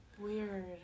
Weird